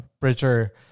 Bridger